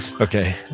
Okay